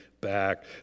back